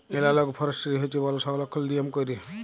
এলালগ forestry হছে বল সংরক্ষলের লিয়ম ক্যইরে